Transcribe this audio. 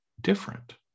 different